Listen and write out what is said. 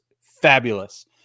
fabulous